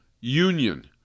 Union